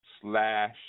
Slash